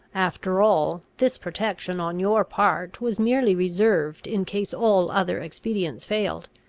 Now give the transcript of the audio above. after all, this protection, on your part, was merely reserved in case all other expedients failed.